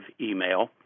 email